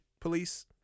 police